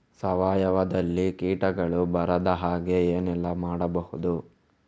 ಸಾವಯವದಲ್ಲಿ ಕೀಟಗಳು ಬರದ ಹಾಗೆ ಏನೆಲ್ಲ ಮಾಡಬಹುದು?